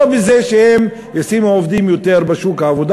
לא בזה שהן ישימו עובדים יותר בשוק העבודה,